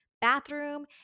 bathroom